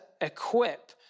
equip